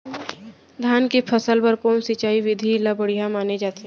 धान के फसल बर कोन सिंचाई विधि ला बढ़िया माने जाथे?